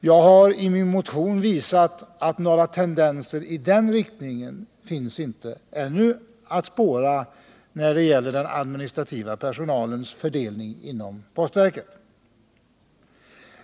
Jag har i min motion visat att några tendenser i den riktningen ännu inte finns att spåra när det gäller den administrativa personalens fördelning inom postverket.